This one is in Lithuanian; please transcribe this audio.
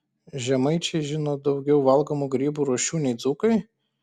žemaičiai žino daugiau valgomų grybų rūšių nei dzūkai